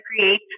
create